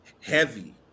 heavy